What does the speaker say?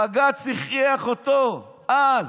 בג"ץ הכריח אותו אז.